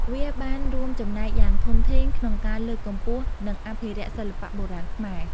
វាបានរួមចំណែកយ៉ាងធំធេងក្នុងការលើកកម្ពស់និងអភិរក្សសិល្បៈបុរាណខ្មែរ។